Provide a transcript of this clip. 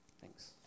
Thanks